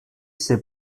ses